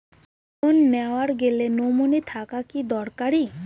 Loan নেওয়ার গেলে nominee থাকা কি দরকারী?